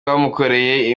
yamukoreye